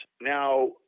Now